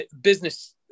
business